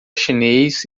chinês